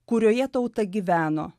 kurioje tauta gyveno